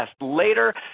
later